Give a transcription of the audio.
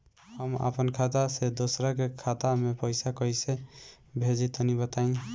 हम आपन खाता से दोसरा के खाता मे पईसा कइसे भेजि तनि बताईं?